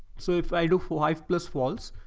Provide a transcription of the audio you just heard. so if i do four, five plus falls,